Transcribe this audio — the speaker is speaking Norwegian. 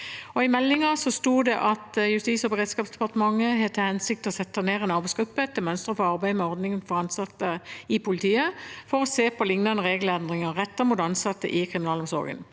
I meldingen sto det: «Justis- og beredskapsdepartementet har (…) til hensikt å sette ned en arbeidsgruppe etter mønster fra arbeidet med ordningen for ansatte i politiet for å se på lignende regelendringer rettet mot ansatte i kriminalomsorgen.»